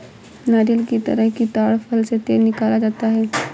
नारियल की तरह ही ताङ फल से तेल निकाला जाता है